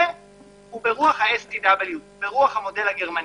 והוא ברוח ה-STW, ברוח המודל הגרמני.